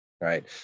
Right